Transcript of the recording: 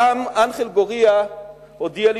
גם אנחל גורייה הודיע לי